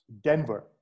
Denver